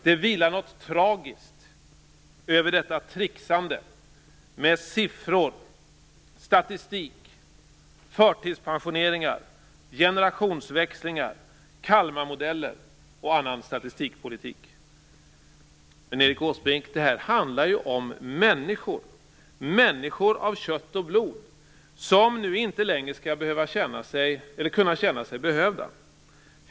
Det vilar något tragiskt över detta tricksande med siffror, statistik, förtidspensioneringar, generationsväxlingar, Kalmarmodeller och annan statistikpolitik. Men Erik Åsbrink, det här handlar ju om människor, människor av kött och blod, som nu inte längre skall kunna känna sig behövda.